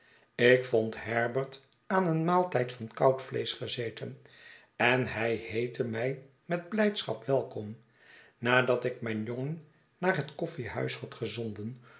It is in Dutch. ik vond herbert aan een maaltijd van koud vleesch gezeten en hij heette mij met blijdschap welkom nadat ik mijn jongen naar het koffiehuis had gezonden